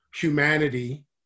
humanity